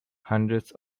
hundreds